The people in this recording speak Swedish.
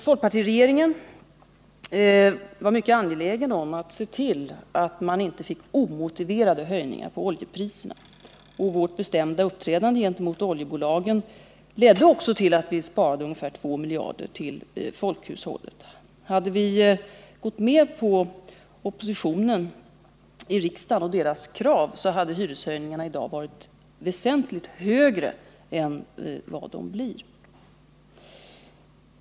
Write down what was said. Folkpaitiregeringen var mycket angelägen om att se till att oljepriserna inte skulle utsättas för omotiverade höjningar, och vårt bestämda uppträdande gentemot oljebolagen ledde också till att vi sparade in ungefär 2 miljarder för folkhushållet. Hade vi gått med på kraven från oppositionen i riksdagen, skulle hyreshöjningarna i dag ha blivit väsentligt större än vad som nu blir fallet.